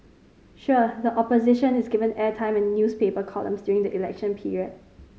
sure the Opposition is given airtime and newspaper columns during the election period